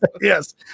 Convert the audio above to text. yes